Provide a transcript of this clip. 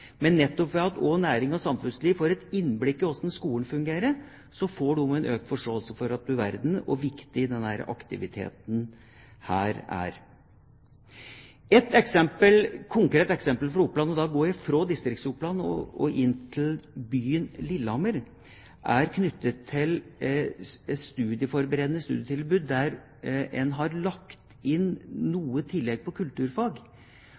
samfunnsliv får et innblikk i hvordan skolen fungerer, får de en økt forståelse for hvor viktig denne aktiviteten er. Et konkret eksempel fra Oppland, og da går jeg fra Distrikts-Oppland og til byen Lillehammer, er knyttet til et studieforberedende studietilbud der en har lagt inn noe i tillegg når det gjelder kulturfag,